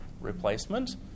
replacement